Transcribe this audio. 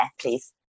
please